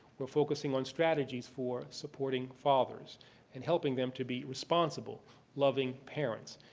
we're focusing on strategies for supporting fathers and helping them to be responsible loving parents.